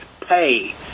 pay